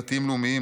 דתיים לאומיים,